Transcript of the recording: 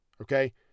okay